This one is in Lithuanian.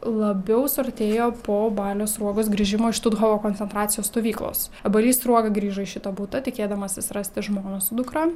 labiau suartėjo po balio sruogos grįžimo iš štuthofo koncentracijos stovyklos balys sruoga grįžo į šitą butą tikėdamasis rasti žmoną su dukra